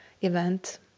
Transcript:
event